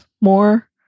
more